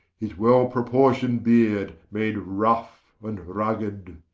his well proportion'd beard, made ruffe and rugged,